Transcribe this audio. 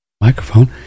Microphone